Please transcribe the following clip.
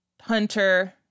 Hunter